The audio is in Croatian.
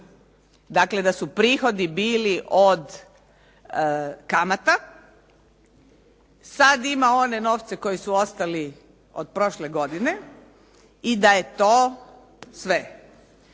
dakle da su prihodi bili od kamata. Sad ima one novce koji su ostali od prošle godine i da je to sve.